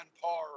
par